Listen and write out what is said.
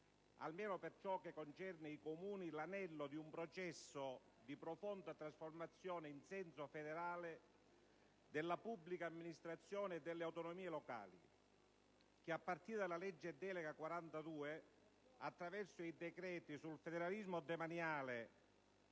(almeno per ciò che concerne i Comuni) l'anello di un processo di profonda trasformazione in senso federale della pubblica amministrazione e delle autonomie locali, che a partire dalla legge delega n. 42, attraverso i decreti sul federalismo demaniale